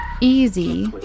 Easy